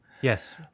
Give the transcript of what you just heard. Yes